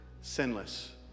sinless